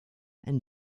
and